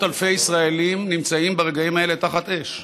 אלפי ישראלים נמצאים ברגעים האלה תחת אש.